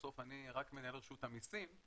בסוף אני רק מנהל רשות המיסים,